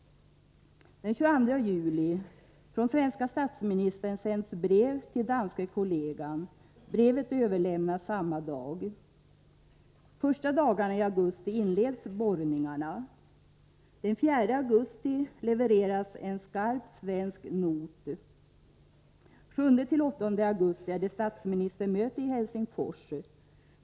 Den 22 juli sänds brev från svenske statsministern till den danske kollegan. Brevet överlämnas samma dag. Första dagarna i augusti inleds borrningarna. Den 7-8 augusti är det statsministermöte i Helsingfors.